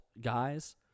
guys